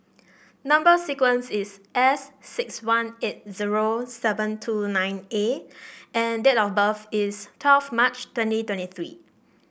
number sequence is S six one eight zero seven two nine A and date of birth is twelve March twenty twenty three